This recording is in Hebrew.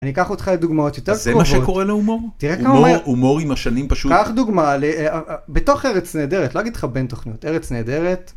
אני אקח אותך אל דוגמאות יותר קרובות, -אז זה מה שקורה להומור? -תראה כמה מהר... -הומור, הומור עם השנים פשוט... -קח דוגמא, בתוך ארץ נהדרת, לא אגיד לך בין תוכניות, ארץ נהדרת?